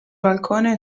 balcone